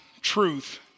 truth